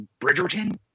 Bridgerton